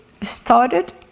started